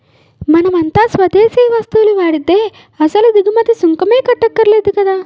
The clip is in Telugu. మనమంతా స్వదేశీ వస్తువులు వాడితే అసలు దిగుమతి సుంకమే కట్టక్కర్లేదు కదా